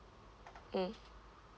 mm